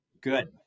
Good